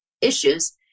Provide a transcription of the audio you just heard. issues